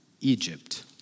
Egypt